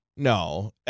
No